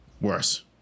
worse